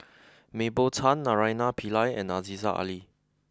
Mah Bow Tan Naraina Pillai and Aziza Ali